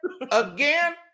again